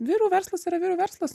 vyrų verslas yra verslas